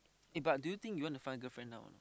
eh but do you think you want to find girlfriend now or not